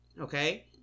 okay